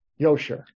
yosher